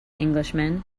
englishman